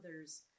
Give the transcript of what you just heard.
others